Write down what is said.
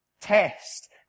Test